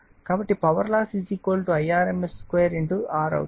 కాబట్టి power loss Irms2 R అవుతుంది